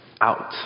out